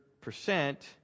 percent